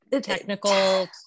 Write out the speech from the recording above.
technical